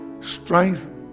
Strength